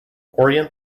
orient